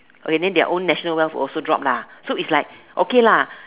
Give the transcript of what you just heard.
okay then their own national wealth also drop lah so it's like okay lah